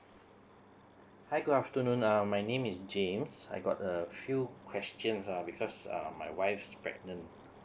hi good afternoon um my name is james I got a few questions uh because uh my wife's pregnant